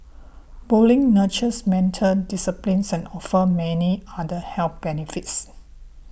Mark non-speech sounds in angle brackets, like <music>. bowling nurtures mental discipline <unintelligible> offers many other health benefits